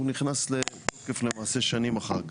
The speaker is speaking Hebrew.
הוא נכנס לתוקף למעשה שנים אחר כך.